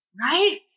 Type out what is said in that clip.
right